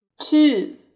two